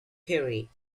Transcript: perry